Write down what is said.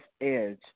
edge